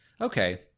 Okay